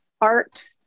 art